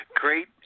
Great